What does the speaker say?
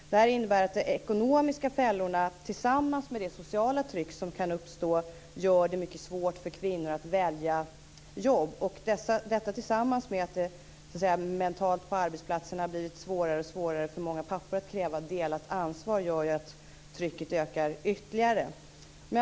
De ekonomiska fällorna tillsammans med det sociala tryck som kan uppstå gör det mycket svårt för kvinnor att välja jobb. Detta tillsammans med att det på arbetsplatserna mentalt blivit allt svårare för många pappor att kräva delat ansvar gör att trycket ökar ytterligare.